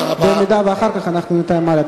במידה שאחר כך, אנחנו נתאם הלאה.